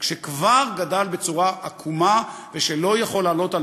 שכבר גדל בצורה עקומה ושלא יכול לעלות על